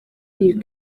iyi